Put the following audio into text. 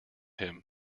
him